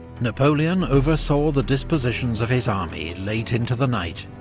napoleon oversaw the dispositions of his army late into the night,